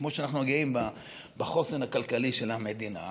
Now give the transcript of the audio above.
כמו שאנחנו גאים בחוסן הכלכלי של המדינה,